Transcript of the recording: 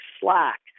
Slack